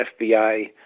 fbi